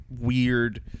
weird